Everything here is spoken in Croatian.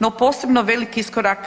No posebno veliki iskorak